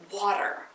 water